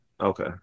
okay